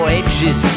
edges